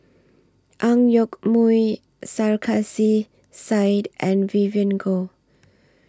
Ang Yoke Mooi Sarkasi Said and Vivien Goh